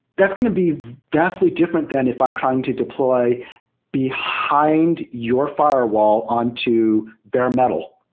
that's going to be vastly different than if i'm trying to deploy behind your f irewall on to bare metal.